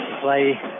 play